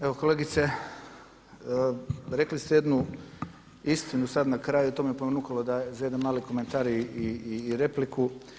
Evo kolegice, rekli ste jednu istinu sada na kraju, to me ponukalo za jedan mali komentar i repliku.